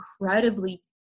incredibly